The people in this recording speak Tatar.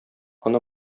аны